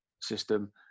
system